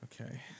Okay